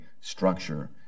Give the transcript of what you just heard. structure